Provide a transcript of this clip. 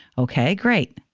okay, great.